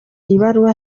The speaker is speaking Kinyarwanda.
ibaruwa